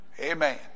Amen